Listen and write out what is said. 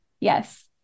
Yes